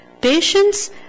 Patience